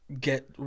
get